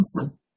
Awesome